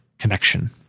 connection